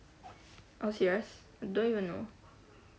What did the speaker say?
oh serious I don't even know